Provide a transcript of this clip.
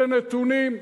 אלה נתונים.